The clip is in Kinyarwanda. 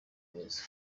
meza